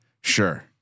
Sure